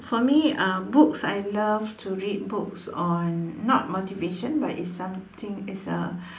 for me uh books I love to read books on not motivation but it's something it's a